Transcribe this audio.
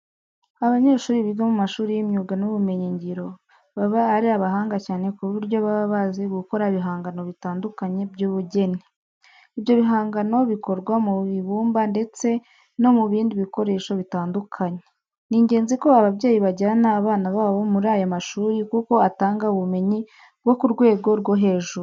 Abanyeshuri biga mu mashuri y'imyuga n'ubumenyingiro baba ari abahanga cyane ku buryo baba bazi gukora ibihangano bitandukanye by'ubugeni. Ibyo bihangano bikorwa mu ibimba ndetse no mu bindi bikoresho bitandukanye. Ni ingenzi ko ababyeyi bajyana abana babo muri aya mashuri kuko atanga ubumenyi bwo ku rwego rwo hejuru.